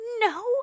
no